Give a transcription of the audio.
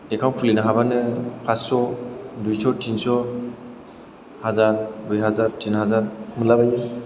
एखावन खुलिनो हाबानो फासस' दुइस' थिनस' हाजार दुइ हाजार थिन हाजार मोनला बायो